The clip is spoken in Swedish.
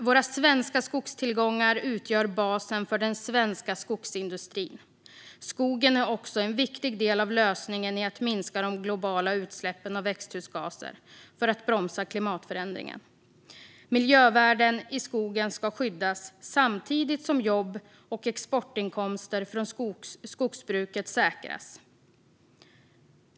Våra svenska skogstillgångar utgör basen för den svenska skogsindustrin. Skogen är också en viktig del av lösningen för att minska de globala utsläppen av växthusgaser för att bromsa klimatförändringen. Miljövärden i skogen ska skyddas samtidigt som jobb och exportinkomster från skogsbruket säkras.